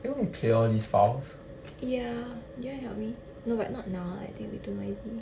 ya do you want to help me no but not now I think we too noisy